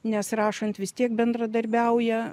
nes rašant vis tiek bendradarbiauja